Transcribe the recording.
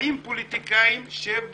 באים פוליטיקאים ואומרים להם "שבו בצד",